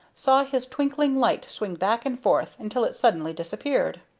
saw his twinkling light swing back and forth until it suddenly disappeared.